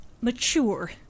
mature